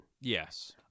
Yes